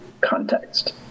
context